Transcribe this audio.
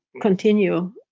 continue